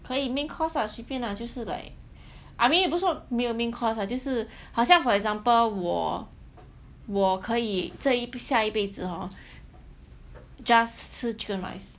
可以 main course ah 随便 lah 就是 like I mean 不是没有 main course lah 就是好像 for example 我可以这一下一辈子 hor just 吃 chicken rice